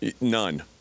None